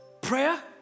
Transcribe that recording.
prayer